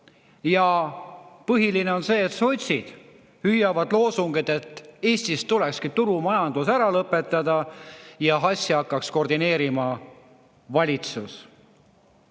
Ja põhiline on see, et sotsid hüüavad loosungit, et Eestis tulekski turumajandus ära lõpetada ja asja hakkab koordineerima valitsus.